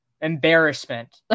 embarrassment